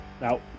Now